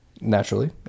naturally